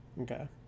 Okay